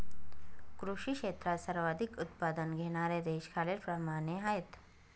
कृषी क्षेत्रात सर्वाधिक उत्पादन घेणारे देश खालीलप्रमाणे आहेत